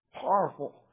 Powerful